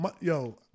yo